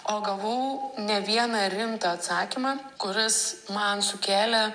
o gavau ne vieną rimtą atsakymą kuris man sukėlė